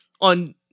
on